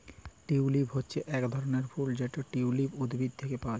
tulip হচ্যে এক ধরলের ফুল যেটা টিউলিপ উদ্ভিদ থেক্যে পাওয়া হ্যয়